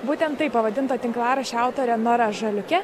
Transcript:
būtent taip pavadinta tinklaraščio autorė nora žaliukė